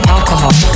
Alcohol